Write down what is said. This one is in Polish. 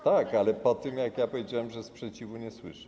Tak, ale po tym, jak powiedziałem, że sprzeciwu nie słyszę.